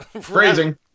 phrasing